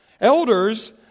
Elders